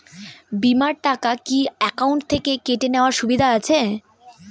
বিমার টাকা কি অ্যাকাউন্ট থেকে কেটে নেওয়ার সুবিধা আছে?